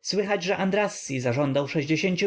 słychać że andrassy zażądał